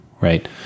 right